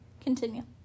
Continue